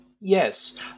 Yes